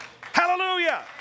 Hallelujah